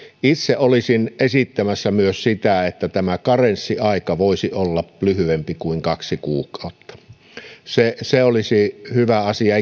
itse olisin esittämässä myös sitä että karenssiaika voisi olla lyhyempi kuin kaksi kuukautta se olisi hyvä asia